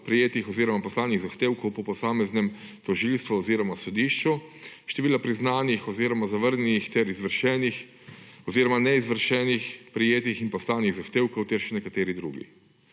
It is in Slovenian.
prejetih oziroma zahtevkov po posameznim tožilstvu oziroma sodišču, števila priznanih oziroma zavrnjenih ter izvršenih oziroma neizvršenih, prejetij in poslanih zahtevkov ter še nekateri drugi.